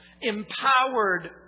Empowered